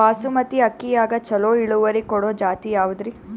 ಬಾಸಮತಿ ಅಕ್ಕಿಯಾಗ ಚಲೋ ಇಳುವರಿ ಕೊಡೊ ಜಾತಿ ಯಾವಾದ್ರಿ?